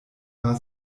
war